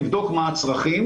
נבדוק מה הצרכים,